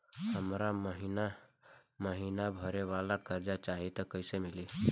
हमरा महिना महीना भरे वाला कर्जा चाही त कईसे मिली?